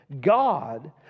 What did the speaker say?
God